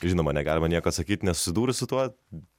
žinoma negalima niekad sakyti nesusidūrus su tuo